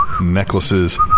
necklaces